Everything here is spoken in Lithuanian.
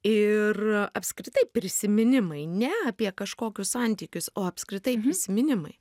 ir apskritai prisiminimai ne apie kažkokius santykius o apskritai prisiminimai